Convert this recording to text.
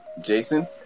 Jason